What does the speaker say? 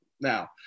Now